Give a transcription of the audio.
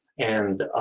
and